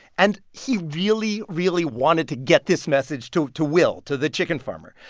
and he really, really wanted to get this message to to will to the chicken farmer.